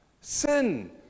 sin